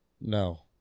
No